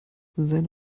seine